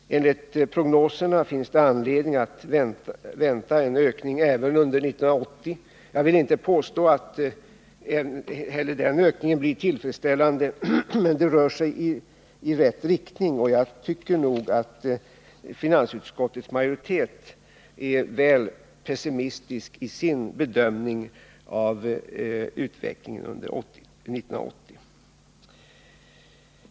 Enligt prognoserna finns det anledning att vänta en ökning även under 1980. Jag vill inte heller påstå att denna ökning är tillfredsställande, men det rör sig i rätt riktning. Jag tycker nog att finansutskottets majoritet är väl pessimistisk i sin bedömning av utvecklingen under 1980.